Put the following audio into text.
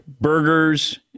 burgers